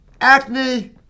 acne